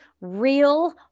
real